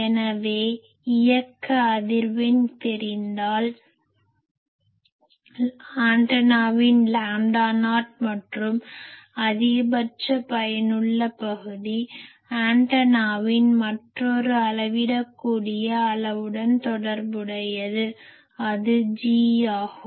எனவே இயக்க அதிர்வெண் தெரிந்தால் ஆண்டனாவின் லாம்டா நாட் மற்றும் அதிகபட்ச பயனுள்ள பகுதி ஆண்டெனாவின் மற்றொரு அளவிடக்கூடிய அளவுடன் தொடர்புடையது அது G ஆகும்